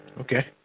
Okay